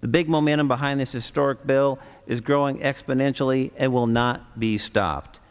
the big momentum behind this is stork bill is growing exponentially and will not be stopped